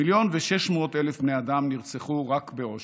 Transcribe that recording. מיליון ו-600,000 בני אדם נרצחו רק באושוויץ,